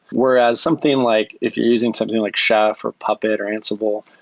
whereas something like if using something like chef, or puppet, or ansible,